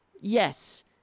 Yes